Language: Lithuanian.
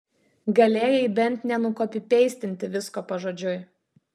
galėjai bent nenukopipeistinti visko pažodžiui